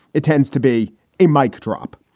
it tends to be a mike drop.